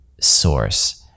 source